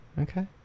Okay